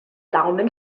daumen